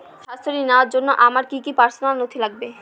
স্বাস্থ্য ঋণ নেওয়ার জন্য আমার কি কি পার্সোনাল নথি লাগবে?